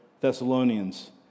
Thessalonians